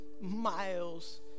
miles